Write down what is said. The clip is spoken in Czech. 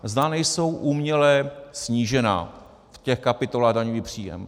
Zda nejsou uměle snížena v těch kapitolách daňový příjem.